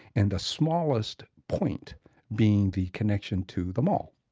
and the smallest point being the connection to the mall.